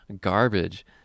garbage